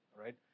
right